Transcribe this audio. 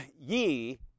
ye